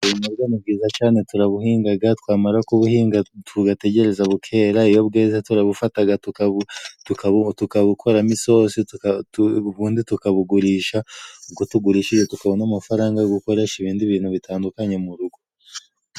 Ubunyobwa ni bwiza cane turabuhingaga, twamara kubuhinga tugategereza bukera. iyo bweze turabufataga tukabukoramo isose, ubundi tukabugurisha. Ubwo tugurishije tukabona amafaranga yo gukoresha ibindi bintu bitandukanye mu rugo.